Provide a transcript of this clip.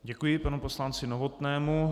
Děkuji panu poslanci Novotnému.